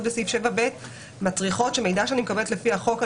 בסעיף 7ב מצריכות שמידע שאני מקבלת לפי החוק,